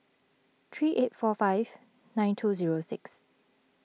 three eight four five nine two zero six